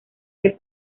del